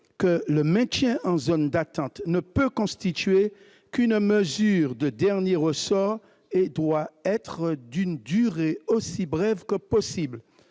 que le maintien en zone d'attente ne peut constituer qu'une mesure de dernier ressort et doit être d'une durée aussi brève que possible.